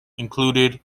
included